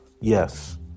yes